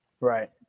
Right